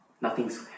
nothing's